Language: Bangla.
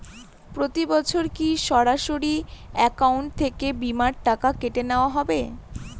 প্রতি বছর কি সরাসরি অ্যাকাউন্ট থেকে বীমার টাকা কেটে নেওয়া হবে?